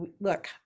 look